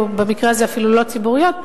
או במקרה הזה אפילו לא ציבוריות,